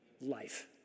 Life